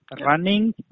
Running